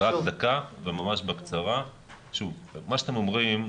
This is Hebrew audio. מה שאתם אומרים,